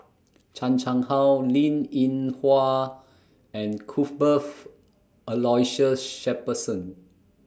Chan Chang How Linn in Hua and Cuthbert's Aloysius Shepherdson